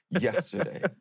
Yesterday